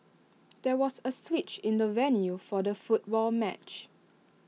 there was A switch in the venue for the football match